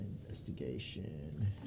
Investigation